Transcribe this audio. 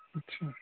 اچھا